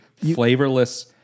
flavorless